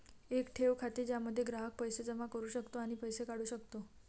एक ठेव खाते ज्यामध्ये ग्राहक पैसे जमा करू शकतो आणि पैसे काढू शकतो